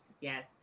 Yes